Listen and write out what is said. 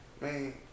Man